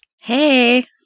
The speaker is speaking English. Hey